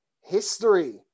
history